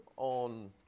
on